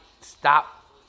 stop